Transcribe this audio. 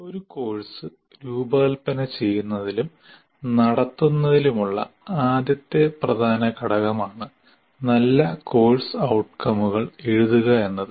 ഒരു കോഴ്സ് രൂപകൽപ്പന ചെയ്യുന്നതിലും നടത്തുന്നതിലുമുള്ള ആദ്യത്തെ പ്രധാന ഘടകമാണ് നല്ല കോഴ്സ് ഔട്കമുകൾ എഴുതുക എന്നത്